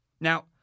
Now